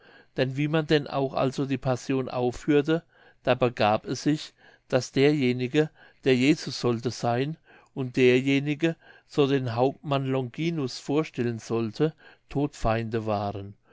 denn wie man denn auch also die passion aufführte da begab es sich daß derjenige der jesus sollte sein und derjenige so den hauptmann longinus vorstellen sollte todfeinde waren